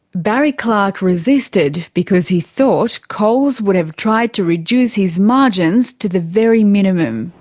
barry clarke resisted because he thought coles would have tried to reduce his margins to the very minimum.